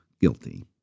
guilty